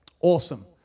Awesome